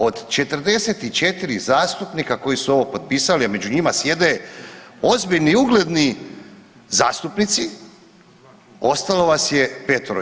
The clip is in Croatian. Od 44 zastupnika koji su ovo potpisali, a među njima sjede ozbiljni i ugledni zastupnici ostalo vas je petero.